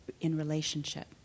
in-relationship